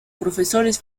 profesores